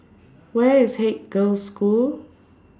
Where IS Haig Girls' School